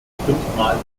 fünfmal